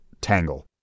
tangle